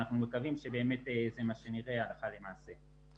אנחנו מקווים שבאמת זה מה שנראה הלכה למעשה.